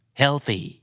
healthy